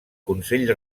consell